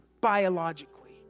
biologically